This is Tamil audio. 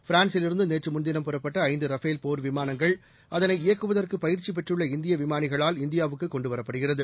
பிரான்ஸிலிருந்து நேற்றுமுன்தினம் புறப்பட்ட ஐந்து ரஃபேல் போர் விமானங்கள் அதளை இயக்குவதற்கு பயிற்சி பெற்றுள்ள இந்திய விமானிகளால் இந்தியாவுக்கு கொண்டுவரப்படுகிறது